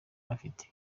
afite